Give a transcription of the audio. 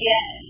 Yes